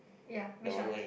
yea which one